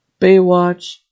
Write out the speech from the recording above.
Baywatch